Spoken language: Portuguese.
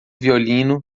violino